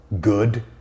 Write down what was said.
good